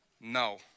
No